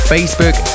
Facebook